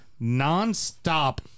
nonstop